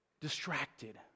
distracted